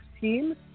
team